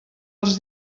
els